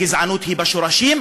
הגזענות היא בשורשים,